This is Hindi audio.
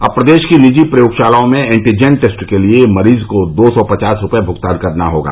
अब प्रदेश की निजी प्रयोगशालाओं में एण्टीजेन टेस्ट के लिए मरीज को दो सौ पचास रूपये भुगतान करना होगा